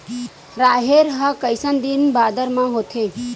राहेर ह कइसन दिन बादर म होथे?